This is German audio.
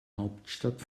hauptstadt